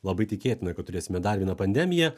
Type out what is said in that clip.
labai tikėtina kad turėsime dar vieną pandemiją